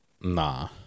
Nah